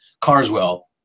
Carswell